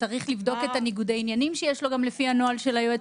לפי סעיף 41,